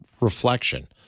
reflection